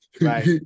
Right